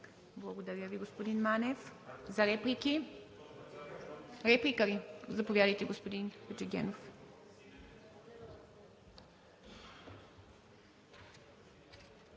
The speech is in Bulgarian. Благодаря Ви, господин Манев. За реплики? Реплика ли? Заповядайте, господин Хаджигенов.